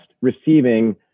receiving